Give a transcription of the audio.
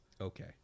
okay